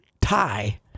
tie